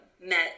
met